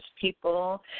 people